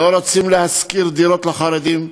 לא רוצים להשכיר דירות לחרדים,